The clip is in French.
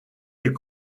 est